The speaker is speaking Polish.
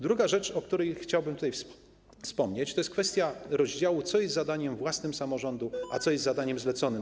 Druga rzecz, o której chciałbym tutaj wspomnieć, to jest kwestia rozdziału pomiędzy tym, co jest zadaniem własnym samorządu, a tym, co jest zadaniem zleconym.